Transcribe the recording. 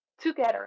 together